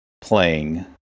playing